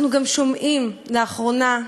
אנחנו גם שומעים לאחרונה,